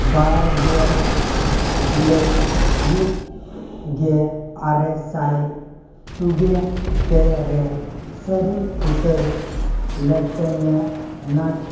ᱵᱟᱨ ᱜᱮᱞ ᱡᱩᱞᱟᱹᱭ ᱢᱤᱫ ᱜᱮ ᱟᱨᱮ ᱥᱟᱭ ᱛᱩᱜᱮ ᱯᱮ ᱨᱮ ᱥᱟᱹᱨᱤ ᱩᱛᱟᱹᱨ ᱞᱮᱯᱴᱮᱱᱤᱭᱟᱹ ᱱᱟᱴ